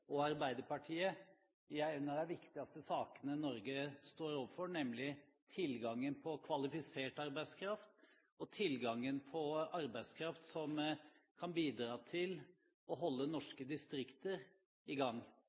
og Arbeiderpartiet i en av de viktigste sakene Norge står overfor, nemlig tilgangen på kvalifisert arbeidskraft og tilgangen på arbeidskraft som kan bidra til å holde norske distrikter i gang.